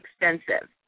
extensive